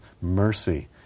mercy